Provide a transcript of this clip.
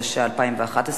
התשע"א 2011,